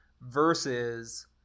versus